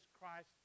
Christ